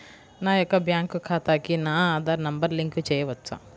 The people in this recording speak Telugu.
నా యొక్క బ్యాంక్ ఖాతాకి నా ఆధార్ నంబర్ లింక్ చేయవచ్చా?